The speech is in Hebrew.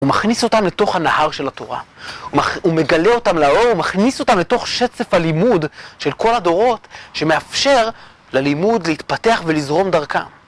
הוא מכניס אותם לתוך הנהר של התורה, הוא מגלה אותם לאור, הוא מכניס אותם לתוך שצף הלימוד של כל הדורות, שמאפשר ללימוד להתפתח ולזרום דרכם.